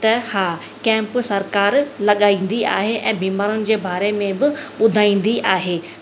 त हा कैम्प सरकार लॻाईंदी आहे ऐं बीमारियुनि जे बारे में बि ॿुधाईंदी आहे